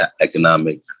economic